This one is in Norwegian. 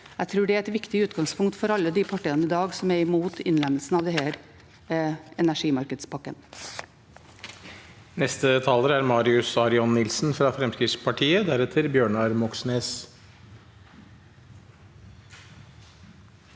Jeg tror det er et viktig utgangspunkt for alle partiene som i dag er imot innlemmelsen av denne energimarkedspakken.